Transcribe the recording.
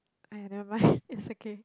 !aiya! never mind it's okay